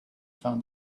found